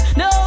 no